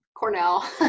Cornell